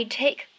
take